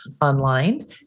online